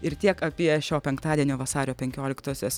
ir tiek apie šio penktadienio vasario penkioliktosios